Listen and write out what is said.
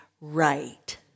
right